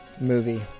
movie